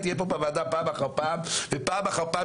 היא תהיה פה בוועדה פעם אחר פעם ופעם אחר פעם